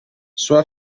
sua